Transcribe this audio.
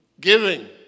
Giving